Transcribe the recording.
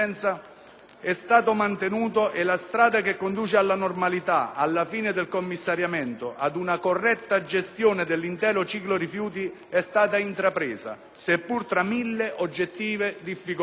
è stato mantenuto e la strada che conduce alla normalità, alla fine del commissariamento, ad una corretta gestione dell'intero ciclo rifiuti è stata intrapresa, seppur tra mille oggettive difficoltà.